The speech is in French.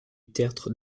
tertre